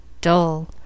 Dull